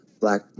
black